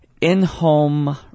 in-home